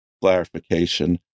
clarification